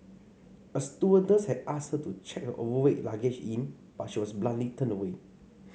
a stewardess had asked her to check her overweight luggage in but she was bluntly turned away